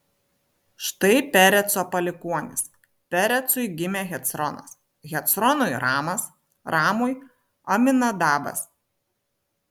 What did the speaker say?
štai pereco palikuonys perecui gimė hecronas hecronui ramas ramui aminadabas